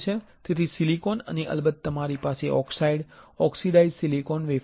તેથી સિલિકોન અને અલબત્ત તમારી પાસે ઓક્સાઇડ ઓક્સિડાઇઝ સિલિકોન વેફર છે